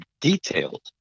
detailed